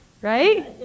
right